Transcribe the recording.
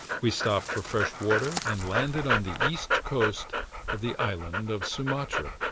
we stopped for fresh water, and landed on the east coast of the island of sumatra.